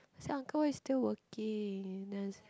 I said uncle why still working then he said